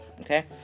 okay